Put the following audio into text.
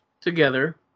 together